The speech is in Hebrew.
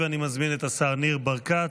אני מזמין את השר ניר ברקת,